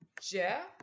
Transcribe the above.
Jeff